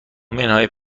منهای